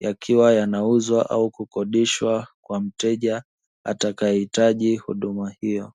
yakiwa yanauzwa au kukodishwa kwa mteja atakaehitaji huduma hiyo.